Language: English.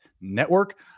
Network